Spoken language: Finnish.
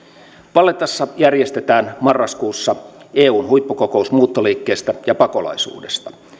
vallettassa järjestetään marraskuussa eun huippukokous muuttoliikkeestä ja pakolaisuudesta